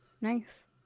Nice